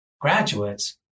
graduates